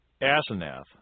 Asenath